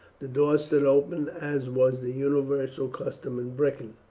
the door stood open as was the universal custom in britain,